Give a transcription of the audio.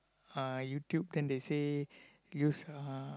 uh YouTube then they say use uh